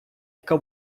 яка